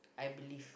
I believe